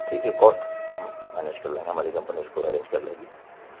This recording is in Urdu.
ٹھیک ہے کاسٹ ہم مینیج کر لیں گے ہماری کمپنی اس کو ارینج کر لے گی